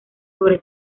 sobre